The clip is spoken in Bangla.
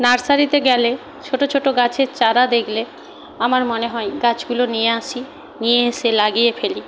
নার্সারিতে গেলে ছোট ছোট গাছের চারা দেখলে আমার মনে হয় গাছগুলো নিয়ে আসি নিয়ে এসে লাগিয়ে ফেলি